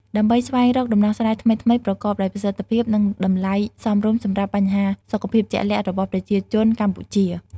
ដើម្បីស្វែងរកដំណោះស្រាយថ្មីៗ ប្រកបដោយប្រសិទ្ធភាព និងតម្លៃសមរម្យសម្រាប់បញ្ហាសុខភាពជាក់លាក់របស់ប្រជាជនកម្ពុជា។